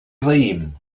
raïm